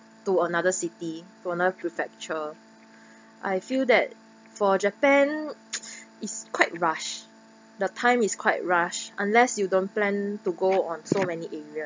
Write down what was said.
to another city to another prefecture I feel that for japan is quite rush the time is quite rush unless you don't plan to go on so many areas